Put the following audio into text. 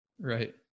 Right